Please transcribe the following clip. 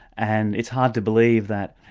and it's hard to believe that